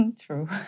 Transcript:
True